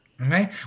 okay